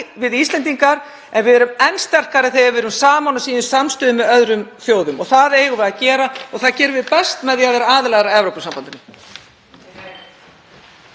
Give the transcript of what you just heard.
við Íslendingar, en við erum enn sterkari þegar við erum saman og sýnum samstöðu með öðrum þjóðum. Það eigum við að gera og það gerum við best með því að vera aðilar að Evrópusambandinu.